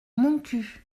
montcuq